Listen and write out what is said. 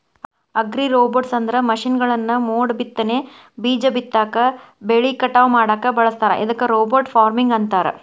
ಅಗ್ರಿರೋಬೊಟ್ಸ್ಅಂದ್ರ ಮಷೇನ್ಗಳನ್ನ ಮೋಡಬಿತ್ತನೆ, ಬೇಜ ಬಿತ್ತಾಕ, ಬೆಳಿ ಕಟಾವ್ ಮಾಡಾಕ ಬಳಸ್ತಾರ ಇದಕ್ಕ ರೋಬೋಟ್ ಫಾರ್ಮಿಂಗ್ ಅಂತಾರ